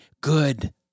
good